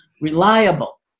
reliable